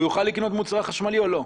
הוא יוכל לקנות מוצר חשמלי או לא?